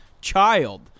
child